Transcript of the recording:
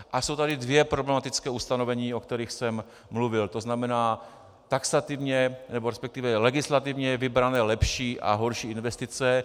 A jsou tady dvě problematická ustanovení, o kterých jsem mluvil, to znamená taxativně, nebo respektive legislativně vybrané lepší a horší investice.